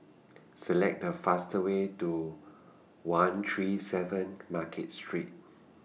Select The fast Way Do one three seven Market Street